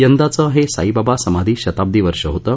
यंदाचं हे साईबाबा समाधी शताब्दी वर्ष होतं